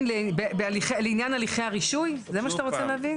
שני הצדדים יוצאים לא מרוצים, ומזה אני מרוצה.